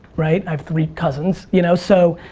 right, i have three cousins, you know, so,